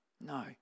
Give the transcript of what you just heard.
No